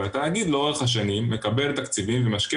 והתאגיד לאורך השנים מקבל תקציבים ומשקיע